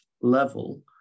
level